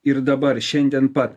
ir dabar šiandien pat